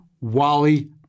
Wally